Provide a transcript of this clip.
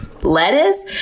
lettuce